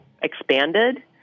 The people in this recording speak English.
expanded